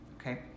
Okay